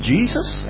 Jesus